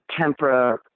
tempera